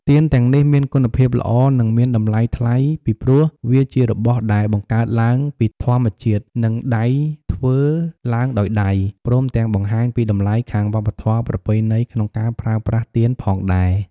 ទៀនទាំងនេះមានគុណភាពល្អនិងមានតម្លៃថ្លៃពីព្រោះវាជារបស់ដែរបង្កើតឡើងពីធម្មជាតិនិងដៃធ្វើឡើងដោយដៃ ព្រមទាំងបង្ហាញពីតម្លៃខាងវប្បធម៌ប្រពៃណីក្នុងការប្រើប្រាស់ទៀនផងដែរ។